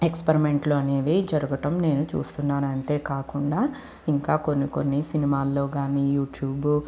ఎక్స్పరిమెంట్లు అనేవి జరగడం నేను చూస్తున్నాను అంతే కాకుండా ఇంకా కొన్ని కొన్ని సినిమాల్లో కాని యూట్యూబ్